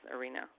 arena